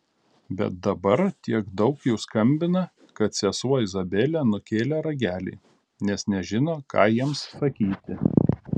bet dabar tiek daug jų skambina kad sesuo izabelė nukėlė ragelį nes nežino ką jiems sakyti